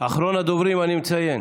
אחרון הדוברים, אני מציין